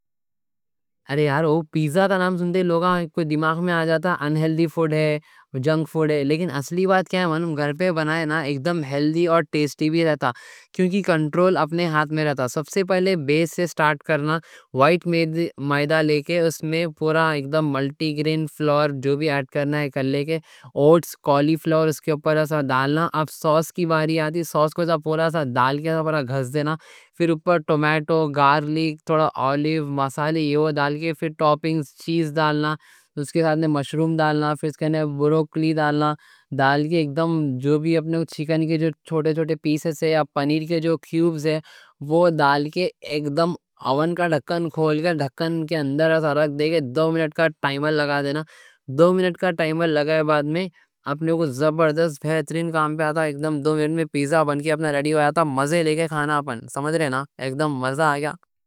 ارے یار وہ پیزا کا نام سنتے لوگا کوئی دماغ میں آ جاتا ہے، ان ہیلدی فوڈ ہے، جنک فوڈ ہے۔ لیکن اصلی بات کیا ہے، گھر پہ بنایا نا، اکدم ہیلدی اور ٹیسٹی بھی رہتا ہے۔ کیونکہ کنٹرول اپنے ہاتھ میں رہتا ہے۔ سب سے پہلے بیس سے سٹارٹ کرنا، وائٹ میدہ لے کے اس میں پورا اکدم ملٹی گرین فلور، جو بھی ایڈ کرنا ہے کر لے کے۔ اوٹس، کالی فلور اس کے اوپر ایسا ڈالنا، اب سوس کی باری آتی ہے، سوس کو ایسا پورا ایسا ڈال کے، ایسا پورا گھس دینا۔ پھر اوپر ٹومیٹو، گارلک، تھوڑا اولیو، مسالا یہ ڈال کے پھر ٹاپنگز، چیز ڈالنا۔ اس کے ساتھ میں مشروم ڈالنا، پھر اس کے نیچے بروکلی ڈالنا، ڈال کے اکدم جو بھی اپنے کو چکن کے جو چھوٹے چھوٹے پیسیز یا پنیر کے جو کیوبز ہے وہ ڈال کے اکدم آون کا ڈھکن کھول کے ڈھکن کے اندر ایسا رکھ دے کے۔ دو منٹ کا ٹائمر لگا دینا، دو منٹ کا ٹائمر لگایا بعد میں اپنے کو زبردست بہترین کام پہ آتا۔ اکدم دو منٹ میں پیزا بن کے اپنا ریڈی ہویا تھا، مزے لے کے کھانا، ہم سمجھ رہے ہیں نا، اکدم مزہ آ گیا۔